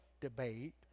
debate